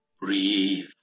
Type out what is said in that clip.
Breathe